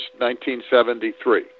1973